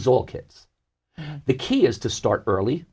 is all kids the key is to start early